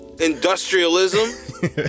industrialism